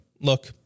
look